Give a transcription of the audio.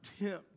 attempt